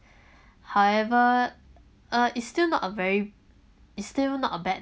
however uh it still not a very it still not a bad